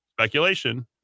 speculation